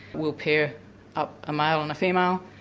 we'll pair up a male and female,